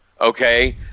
Okay